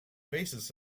basis